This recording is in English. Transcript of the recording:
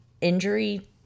injury